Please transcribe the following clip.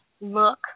look